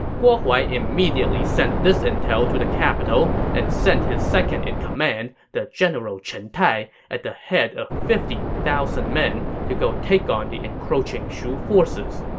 guo huai immediately sent this intel to the capital and sent his second-in-command, the general chen tai, at the head of fifty thousand men to go take on the encroaching shu forces.